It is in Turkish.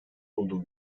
olduğu